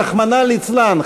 רחמנא ליצלן,